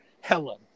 Helen